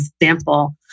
example